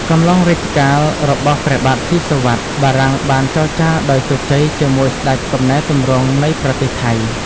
កំឡុងរជ្ជកាលរបស់ព្រះបាទស៊ីសុវត្ថិ បារាំងបានចរចាដោយជោគជ័យជាមួយស្តេចកំណែទម្រង់នៃប្រទេសថៃ ។